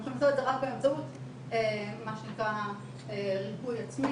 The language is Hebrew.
הם יכולים לעשות את זה רק באמצעות מה שנקרא ריפוי עצמי,